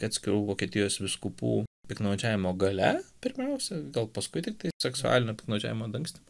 atskirų vokietijos vyskupų piktnaudžiavimo galia pirmiausia gal paskui tiktai seksualinio piktnaudžiavimo dangstymo